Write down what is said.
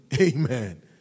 Amen